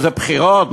זה בחירות?